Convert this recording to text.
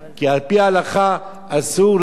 כי על-פי ההלכה אסור לנו,